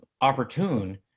opportune